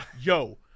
Yo